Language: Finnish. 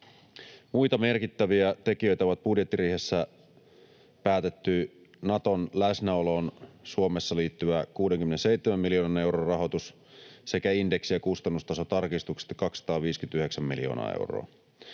Muita merkittäviä tekijöitä ovat budjettiriihessä päätetty Naton läsnäoloon Suomessa liittyvä 67 miljoonan euron rahoitus sekä indeksi‑ ja kustannustasotarkistuksista 259 miljoonaa euroa.